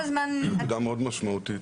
זאת נקודה מאוד משמעותית.